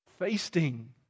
Feasting